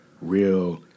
real